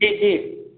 जी जी